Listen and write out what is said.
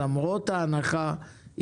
למרות ההנחה,